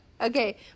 Okay